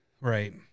Right